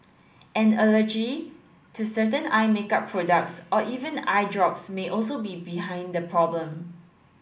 an allergy to certain eye make up products or even eye drops may also be behind the problem